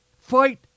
fight